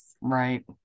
Right